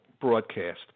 broadcast